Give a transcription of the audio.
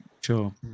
Sure